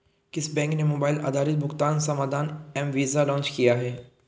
किस बैंक ने मोबाइल आधारित भुगतान समाधान एम वीज़ा लॉन्च किया है?